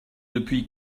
depuis